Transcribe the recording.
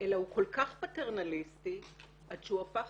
אלא הוא כל כך פטרנליסטי עד שהוא הפך